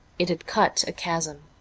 it had cut a chasm.